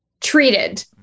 treated